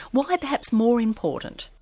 why perhaps more important?